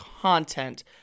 content